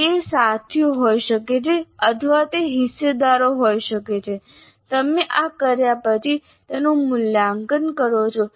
તે સાથીઓ હોઈ શકે છે અથવા તે હિસ્સેદારો હોઈ શકે છે તમે આ કર્યા પછી તેનું મૂલ્યાંકન કરો છો